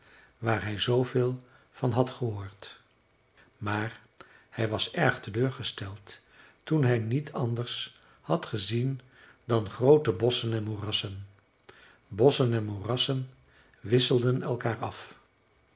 waar hij zoo veel van had gehoord maar hij was erg teleurgesteld toen hij niet anders had gezien dan groote bosschen en moerassen bosschen en moerassen wisselden elkaar af